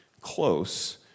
close